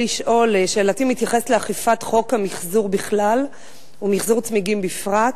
שאלתי מתייחסת לאכיפת חוק המיחזור בכלל ולמיחזור צמיגים בפרט.